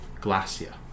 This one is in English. Glacia